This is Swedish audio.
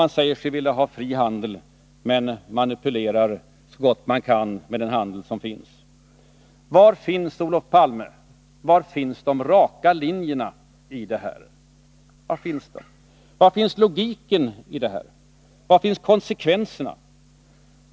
Man säger sig vilja ha fri handel men manipulerar så gott man kan med den handel som finns. Var finns, Olof Palme, de raka linjerna i det här? Var finns logiken? Var finns konsekvenserna?